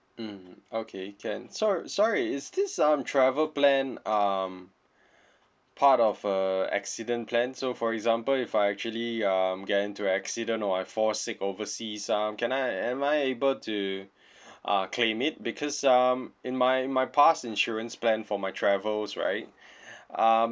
mm okay can sorry sorry is this um travel plan um part of a accident plan so for example if I actually um get into accident or I fall sick overseas um can I am I able to uh claim it because um in my in my past insurance plan for my travels right um